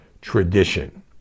tradition